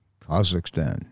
Kazakhstan